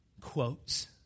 quotes